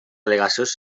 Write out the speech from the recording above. al·legacions